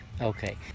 Okay